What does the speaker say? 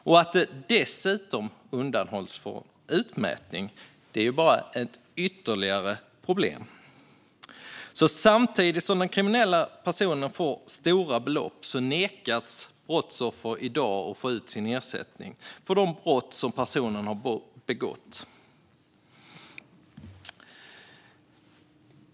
Att dessa pengar dessutom undanhålls från utmätning är bara ytterligare ett problem. Samtidigt som den kriminella personen får stora belopp nekas brottsoffer i dag att få ut sin ersättning för de brott personen har begått mot dem.